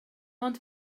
ond